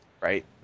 Right